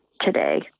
today